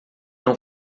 não